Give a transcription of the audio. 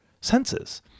senses